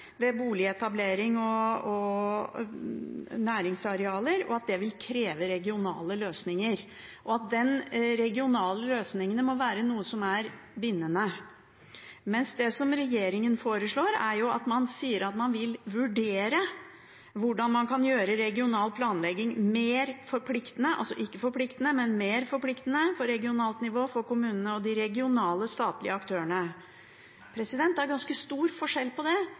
ved boligetablering og ved næringsarealer, vil kreve regionale løsninger, og at de regionale løsningene må være noe som er bindende, mens det som regjeringen foreslår, er å si at man vil vurdere hvordan man kan gjøre regional planlegging mer forpliktende – altså ikke forpliktende, men mer forpliktende – for regionalt nivå, for kommunene og for de regionale statlige aktørene. Det er ganske stor forskjell på det.